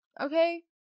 Okay